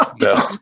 no